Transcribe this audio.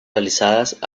realizadas